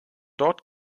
dort